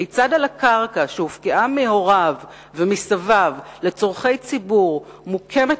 כיצד על הקרקע שהופקעה מהוריו ומסביו לצורכי ציבור מוקמת